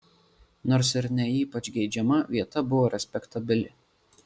nors ir ne ypač geidžiama vieta buvo respektabili